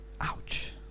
Ouch